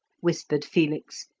whispered felix,